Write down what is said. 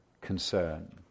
concern